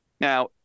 Now